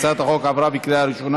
ההצעה להעביר את הצעת חוק הביטוח הלאומי